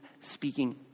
speaking